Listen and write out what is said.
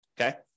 Okay